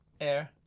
air